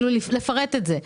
לתת פירוט.